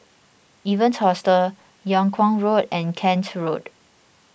Evans Hostel Yung Kuang Road and Kent Road